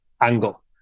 angle